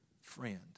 friend